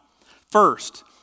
First